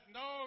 no